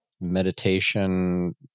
meditation